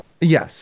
Yes